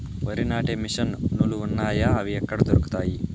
వరి నాటే మిషన్ ను లు వున్నాయా? అవి ఎక్కడ దొరుకుతాయి?